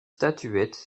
statuettes